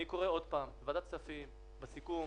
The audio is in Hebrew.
אני קורא עוד פעם לוועדת הכספים לציין בסיכום